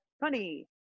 funny